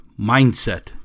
Mindset